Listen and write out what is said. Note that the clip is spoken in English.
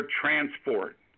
transport